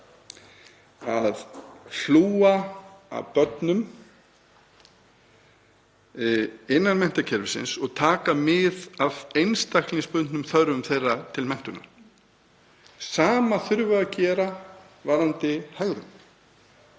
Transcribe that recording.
að hlúa að börnum innan menntakerfisins og taka mið af einstaklingsbundnum þörfum þeirra til menntunar. Sama þurfum við að gera varðandi hegðun.